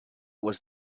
was